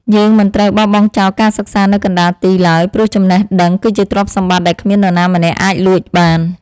យើងមិនត្រូវបោះបង់ចោលការសិក្សានៅកណ្តាលទីឡើយព្រោះចំណេះដឹង គឺជាទ្រព្យសម្បត្តិដែលគ្មាននរណាម្នាក់អាចលួចបាន។